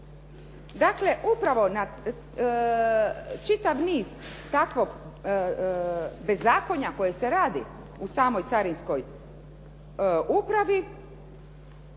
Dakle, upravo čitav niz takvog bezakonja koje se radi u samom Carinskoj upravi